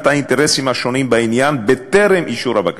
האינטרסים השונים בעניין בטרם אישור הבקשה.